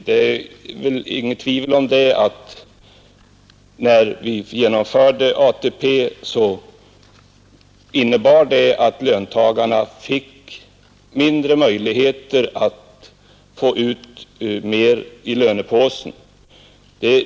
Det är väl inget tvivel om att när vi genomförde ATP, så innebar reformen att löntagarna fick minskade möjligheter att få ut mera i lönepåsen.